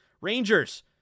Rangers